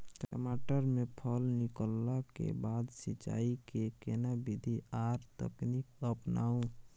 टमाटर में फल निकलला के बाद सिंचाई के केना विधी आर तकनीक अपनाऊ?